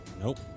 Nope